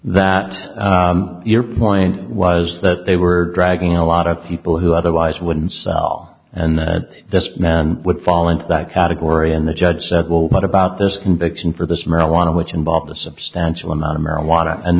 that your point was that they were dragging a lot of people who otherwise wouldn't sell and this man would fall into that category and the judge said well what about this conviction for this marijuana which involved a substantial amount of marijuana and